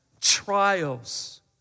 trials